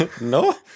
No